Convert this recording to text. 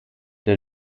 der